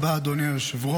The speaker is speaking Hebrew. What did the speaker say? תודה רבה, אדוני היושב-ראש.